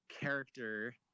character